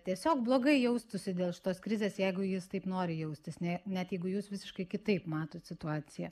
tiesiog blogai jaustųsi dėl šitos krizės jeigu jis taip nori jaustis ne net jeigu jūs visiškai kitaip matot situaciją